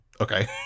okay